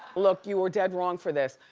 look, you are dead wrong for this,